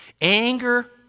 Anger